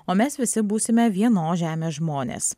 o mes visi būsime vienos žemės žmonės